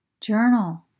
journal